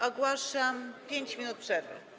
Ogłaszam 5 minut przerwy.